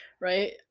right